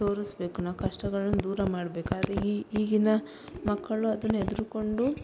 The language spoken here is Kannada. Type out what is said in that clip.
ತೋರಿಸ್ಬೇಕು ನಾವು ಕಷ್ಟಗಳನ್ನು ದೂರ ಮಾಡಬೇಕು ಆದರೆ ಈಗಿನ ಮಕ್ಕಳು ಅದನ್ನು ಹೆದ್ರಿಕೊಂಡು